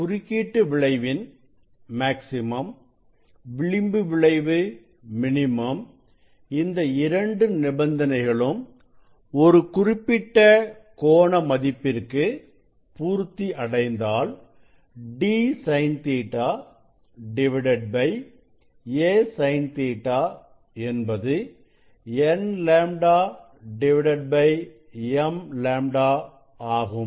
குறுக்கீட்டு விளைவின் மேக்ஸிமம் விளிம்பு விளைவு மினிமம் இந்த இரண்டு நிபந்தனைகளும் ஒரு குறிப்பிட்ட கோண மதிப்பிற்கு பூர்த்தி அடைந்தால் d sin Ɵ a sin Ɵ என்பது n λ m λ ஆகும்